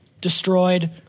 destroyed